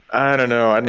i don't know and